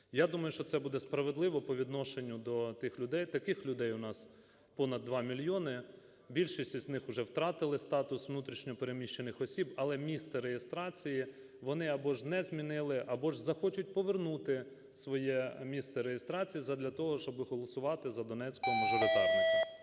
Я думаю, що це буде справедливо по відношенню до тих людей, таких людей у нас понад 2 мільйони, більшість із них уже втратили статус внутрішньо переміщених осіб, але місце реєстрації вони або ж не змінили, або ж захочуть повернути своє місце реєстрації задля того, щоби голосувати за донецького мажоритарника.